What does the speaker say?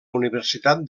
universitat